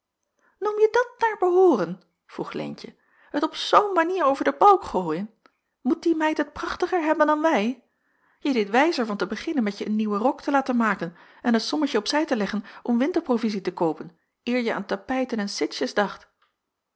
noem je dat naar behooren vroeg leentje het op zoo'n manier over de balk te gooien moet die meid het prachtiger hebben dan wij je deedt wijzer van te beginnen met je een nieuwen rok te laten maken en een sommetje op zij te leggen om winterprovizie te koopen eer je aan tapijten en citsjes dacht